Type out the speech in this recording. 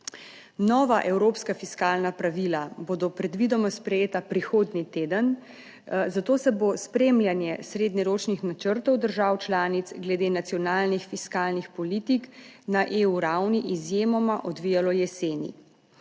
Nova evropska fiskalna pravila bodo predvidoma sprejeta prihodnji teden, zato se bo spremljanje srednjeročnih načrtov držav članic glede nacionalnih fiskalnih politik na EU ravni izjemoma odvijalo jeseni.